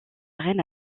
reine